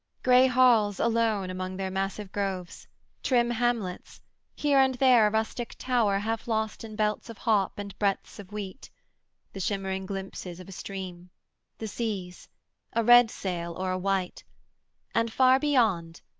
gray halls alone among their massive groves trim hamlets here and there a rustic tower half-lost in belts of hop and breadths of wheat the shimmering glimpses of a stream the seas a red sail, or a white and far beyond,